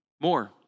More